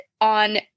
on